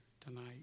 tonight